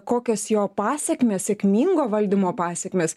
kokios jo pasekmės sėkmingo valdymo pasekmės